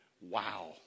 Wow